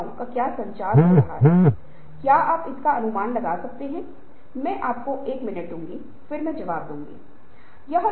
या एक प्रौद्योगिकी अनुकूलन हो सकता है यह एक नया उत्पाद विकास हो सकता है जैसा कि मैंने उल्लेख किया है